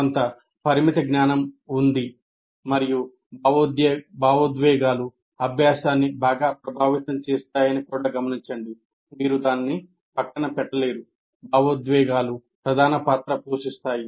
కొంత పరిమిత జ్ఞానం ఉంది మరియు భావోద్వేగాలు అభ్యాసాన్ని బాగా ప్రభావితం చేస్తాయని కూడా గమనించండి మీరు దానిని పక్కన పెట్టలేరు భావోద్వేగాలు ప్రధాన పాత్ర పోషిస్తాయి